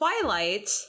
Twilight